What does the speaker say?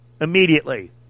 Immediately